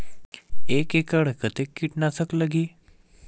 एक एकड़ कतेक किट नाशक लगही?